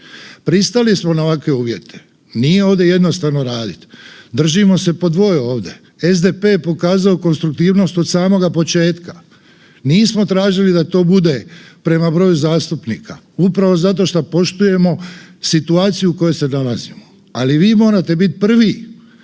Pristali smo na ovakve uvjete, nije ovdje jednostavno raditi, držimo se po 2 ovdje, SDP je pokazao konstruktivnost od samoga početka, nismo tražili da to bude prema broju zastupnika upravo zato šta poštujemo situaciju u kojoj se nalazimo. Ali vi morate biti prvi,